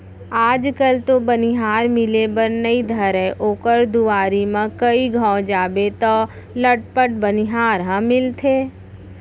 आज कल तो बनिहार मिले बर नइ धरय ओकर दुवारी म कइ घौं जाबे तौ लटपट बनिहार ह मिलथे